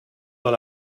dans